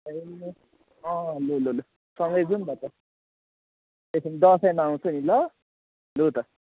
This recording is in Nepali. ए लु लु लु सँगै जौँ न त त्यसो भने दसैँमा आउँछु नि ल लु त